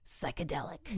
psychedelic